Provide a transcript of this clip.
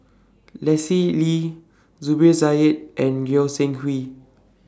Lee Zubir Said and Goi Seng Hui